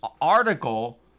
article